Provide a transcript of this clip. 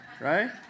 Right